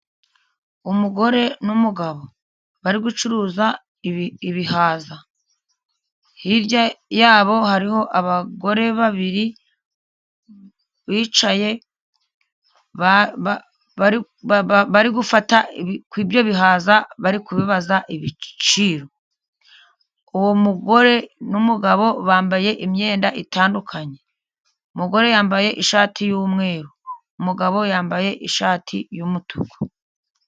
Umugore n'umugabo bari gucuruza ibihaza hirya yabo hariho abagore babiri bicaye bari gufata ibyo bihaza bari kubibaza ibiciro, uwo mugore n'umugabo bambaye imyenda itandukanye, umugore yambaye ishati y'umweru, umugabo yambaye ishati y'umutuku.